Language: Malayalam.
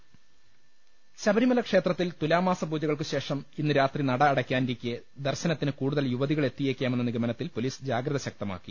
ലലലലലലലലലലലല ശബരിമല ക്ഷേത്രത്തിൽ തുലാമാസ പൂജകൾക്കു ശേഷം ഇന്ന് രാത്രി നട അടയ്ക്കാനിരിക്കെ ദർശനത്തിന് കൂടുതൽ യുവതികൾ എത്തിയേക്കാമെന്ന നിഗമനത്തിൽ പൊലീസ് ജാഗ്രത ശക്തമാക്കി